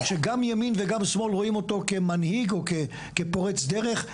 שגם ימין וגם שמאל רואים אותו כמנהיג או כפורץ דרך,